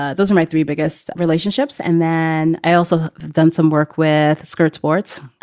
ah those are my three biggest relationships. and then i also done some work with skirt sports,